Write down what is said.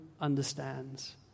understands